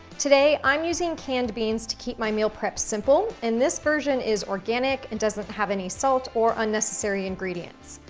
today, i'm using canned beans to keep my meal prep simple, and this version is organic and doesn't have any salt or unnecessary ingredients.